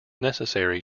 necessary